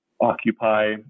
occupy